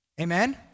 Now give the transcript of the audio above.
Amen